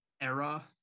era